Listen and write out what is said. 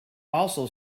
also